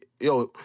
yo